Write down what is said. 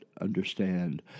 understand